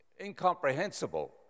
incomprehensible